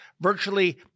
virtually